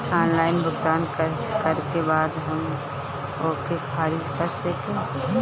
Online भुगतान करे के बाद हम ओके खारिज कर सकेनि?